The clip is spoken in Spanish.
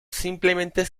simplemente